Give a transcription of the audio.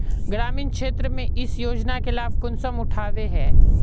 ग्रामीण क्षेत्र में इस योजना के लाभ कुंसम उठावे है?